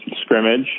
scrimmage